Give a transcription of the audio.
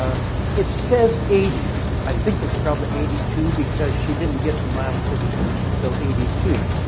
ah it says eighty. i think it's probably eighty two because she didn't get to miles city until eighty two.